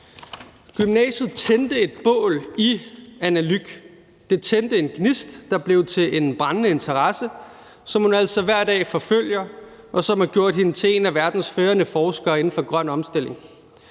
Gymnasiet tændte et bål i Anna Lyck Smitshuysen; det tændte en gnist, der blev til en brændende interesse, som hun altså hver dag forfølger, og som har gjort hende til en af verdens førende forskere inden for grøn omstilling.